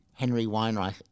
henryweinreich